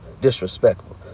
disrespectful